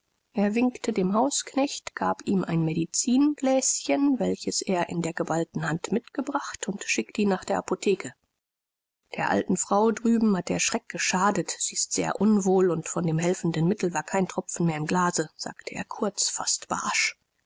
er winkte dem hausknecht gab ihm ein medizingläschen welches er in der geballten hand mitgebracht und schickte ihn nach der apotheke der alten frau drüben hat der schreck geschadet sie ist sehr unwohl und von dem helfenden mittel war kein tropfen mehr im glase sagte er kurz fast barsch